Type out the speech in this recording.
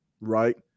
right